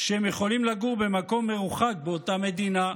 שהם יכולים לגור במקום מרוחק באותה מדינה,